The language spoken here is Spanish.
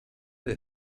the